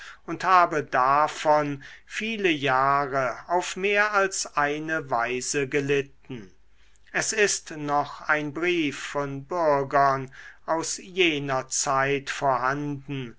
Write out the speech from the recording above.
und habe davon viele jahre auf mehr als eine weise gelitten es ist noch ein brief von bürgern aus jener zeit vorhanden